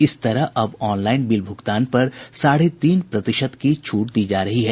इस तरह अब ऑनलाईन बिल भुगतान पर साढ़े तीन प्रतिशत छूट दी जा रही है